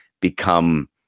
become